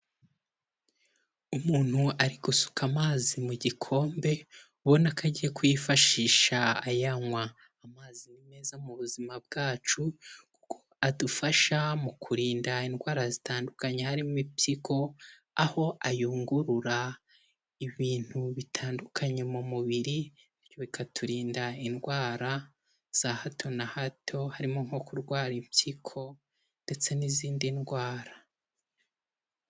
Umuntu ari gusuka amazi mu gikombe, ubona ko agiye kuyifashisha ayanywa, amazi ni meza mu buzima bwacu kuko adufasha mu kurinda indwara zitandukanye, harimo impyiko aho ayungurura ibintu bitandukanye mu mubiri bityo bikaturinda indwara za hato na hato, harimo nko kurwara impyiko ndetse n'izindi ndwara.